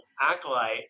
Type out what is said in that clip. acolyte